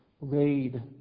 laid